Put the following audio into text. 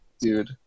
dude